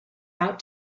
out